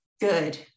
good